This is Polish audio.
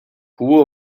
pół